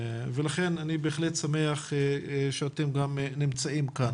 לכן אני בהחלט שמח שאתם נמצאים כאן.